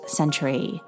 century